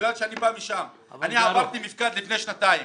בגלל שאני בא משם, אני עברתי מפקד לפני שנתיים